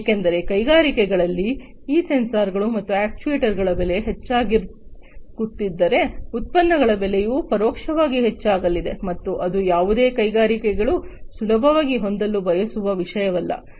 ಏಕೆಂದರೆ ಕೈಗಾರಿಕೆಗಳಲ್ಲಿ ಈ ಸೆನ್ಸಾರ್ಗಳು ಮತ್ತು ಅಕ್ಚುಯೆಟರ್ಸ್ಗಳ ಬೆಲೆ ಹೆಚ್ಚಾಗುತ್ತಿದ್ದರೆ ಉತ್ಪನ್ನಗಳ ಬೆಲೆಯೂ ಪರೋಕ್ಷವಾಗಿ ಹೆಚ್ಚಾಗಲಿದೆ ಮತ್ತು ಅದು ಯಾವುದೇ ಕೈಗಾರಿಕೆಗಳು ಸುಲಭವಾಗಿ ಹೊಂದಲು ಬಯಸುವ ವಿಷಯವಲ್ಲ